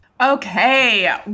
Okay